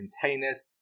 containers